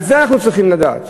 את זה אנחנו צריכים לדעת.